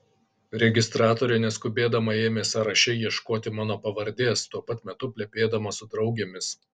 registratorė neskubėdama ėmė sąraše ieškoti mano pavardės tuo pat metu plepėdama su draugėmis